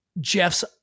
Jeff's